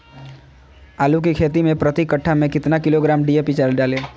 आलू की खेती मे प्रति कट्ठा में कितना किलोग्राम डी.ए.पी डाले?